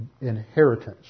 inheritance